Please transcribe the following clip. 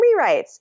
rewrites